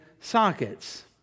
sockets